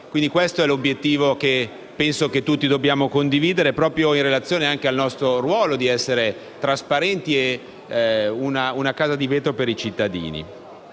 questo è l'obiettivo che penso tutti dobbiamo condividere, in relazione al nostro ruolo di essere trasparenti, una casa di vetro per i cittadini.